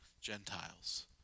Gentiles